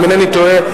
אם אינני טועה,